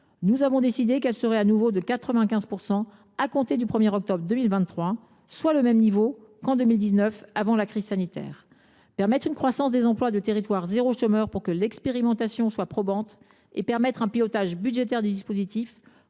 Nous avons décidé qu’elle serait de nouveau de 95 % à compter du 1 octobre 2023, soit le même niveau qu’en 2019, avant la crise sanitaire. Rendre possible une croissance des emplois dans les territoires zéro chômeur de longue durée pour que l’expérimentation soit probante et permettre un pilotage budgétaire du dispositif,